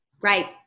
Right